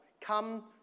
Come